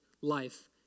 life